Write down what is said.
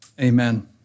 Amen